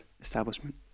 establishment